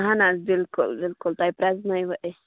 اَہَن حظ بِلکُل بِلکُل تۄہہِ پرٛزنٲوِوٕ أسۍ